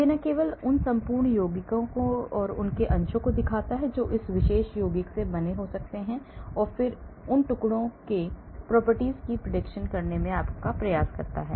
यह न केवल उन संपूर्ण यौगिकों है जो उन अंशों को देखता है जो उस विशेष यौगिक से बन सकते हैं और फिर उन टुकड़ों के properties की prediction करने का प्रयास करते हैं